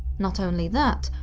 not only that,